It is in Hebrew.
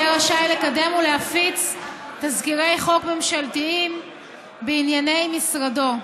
יהיה רשאי לקדם ולהפיץ תזכירי חוק ממשלתיים בענייני משרדו.